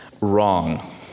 Wrong